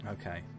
Okay